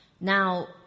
Now